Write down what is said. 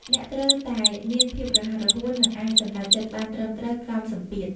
អ្នកត្រូវតែមានភាពរហ័សរហួន និងអាចសម្រេចចិត្តបានត្រឹមត្រូវក្រោមសម្ពាធ។